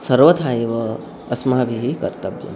सर्वथा एव अस्माभिः कर्तव्यम्